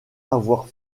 avoir